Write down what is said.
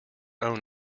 own